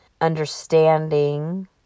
understanding